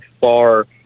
far